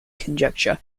conjecture